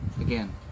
again